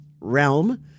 realm